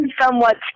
somewhat